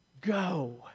Go